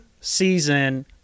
season